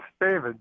David